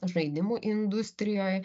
žaidimų industrijoj